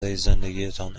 زندگیتان